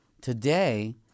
today